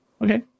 Okay